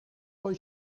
poi